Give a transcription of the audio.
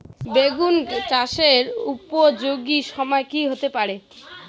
বেগুন চাষের উপযোগী সময় কি হতে পারে?